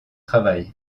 travail